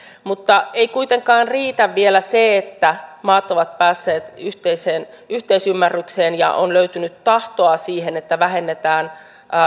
mutta ei kuitenkaan riitä vielä se että maat ovat päässeet yhteisymmärrykseen ja on löytynyt tahtoa siihen että vähennetään